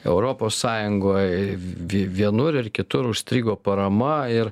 europos sąjungoj vie vienur ir kitur užstrigo parama ir